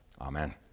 Amen